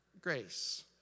grace